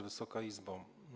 Wysoka Izbo!